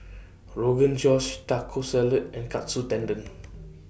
Rogan Josh Taco Salad and Katsu Tendon